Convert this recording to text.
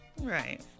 Right